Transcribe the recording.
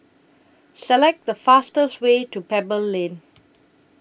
Select The fastest Way to Pebble Lane